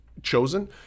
chosen